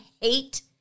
hate